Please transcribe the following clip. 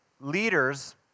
leaders